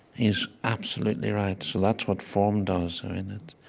he's absolutely right. so that's what form does